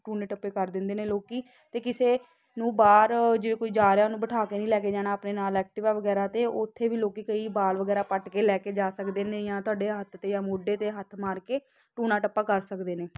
ਟੂਣੇ ਟੱਪੇ ਕਰ ਦਿੰਦੇ ਨੇ ਲੋਕ ਅਤੇ ਕਿਸੇ ਨੂੰ ਬਾਹਰ ਜੇ ਕੋਈ ਜਾ ਰਿਹਾ ਉਹਨੂੰ ਬਿਠਾ ਕੇ ਨਹੀਂ ਲੈ ਕੇ ਜਾਣਾ ਆਪਣੇ ਨਾਲ ਐਕਟਿਵਾ ਵਗੈਰਾ 'ਤੇ ਉੱਥੇ ਵੀ ਲੋਕ ਕਈ ਵਾਲ ਵਗੈਰਾ ਪੱਟ ਕੇ ਲੈ ਕੇ ਜਾ ਸਕਦੇ ਨੇ ਜਾਂ ਤੁਹਾਡੇ ਹੱਥ 'ਤੇ ਜਾਂ ਮੋਢੇ 'ਤੇ ਹੱਥ ਮਾਰ ਕੇ ਟੂਣਾ ਟੱਪਾ ਕਰ ਸਕਦੇ ਨੇ